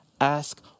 ask